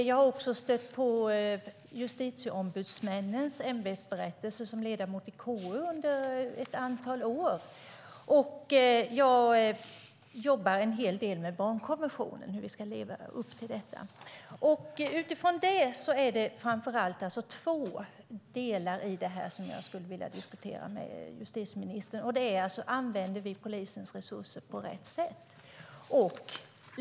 Jag har också stött på justitieombudsmännens ämbetsberättelser som ledamot i KU under ett antal år, och jag jobbar en hel del med hur vi ska leva upp till barnkonventionen. Utifrån detta är det framför allt två frågor som jag skulle vilja diskutera med justitieministern: Använder vi polisens resurser på rätt sätt?